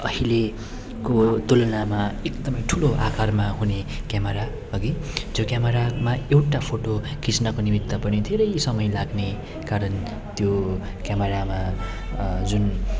अहिलेको तुलनामा एकदमै ठुलो आकारमा हुने क्यामरा हगि जो क्यामरामा एउटा फोटो खिच्नको निमित्त पनि धेरै समय लाग्ने कारण त्यो क्यामरामा जुन